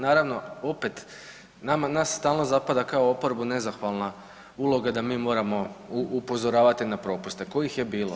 Naravno opet, nas stalno zapada kao oporbu nezahvalna uloga da mi moramo upozoravati na propuste kojih je bilo.